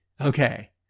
Okay